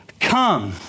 come